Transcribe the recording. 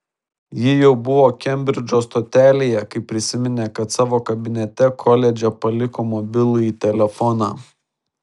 ji jau buvo kembridžo stotelėje kai prisiminė kad savo kabinete koledže paliko mobilųjį telefoną